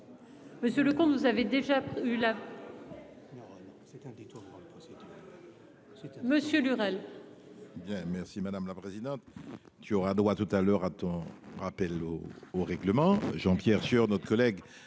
Monsieur le comte, vous avez déjà eu là. C'est. C'est un détournement de procédure. Monsieur Lurel. De mer. Si madame la présidente. Tu auras droit tout à l'heure à ton appel au au règlement. Jean-Pierre Sueur notre collègue